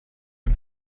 dem